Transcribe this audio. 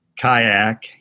kayak